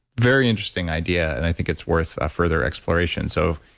very interesting idea. and i think it's worth further exploration so,